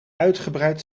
uitgebreid